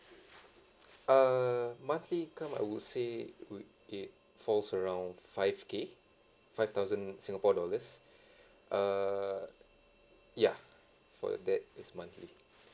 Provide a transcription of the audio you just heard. err monthly income I would say would it falls around five K five thousand singapore dollars err ya for that is monthly